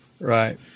Right